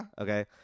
okay